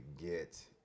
get